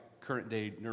current-day